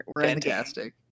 Fantastic